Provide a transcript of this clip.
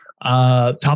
Top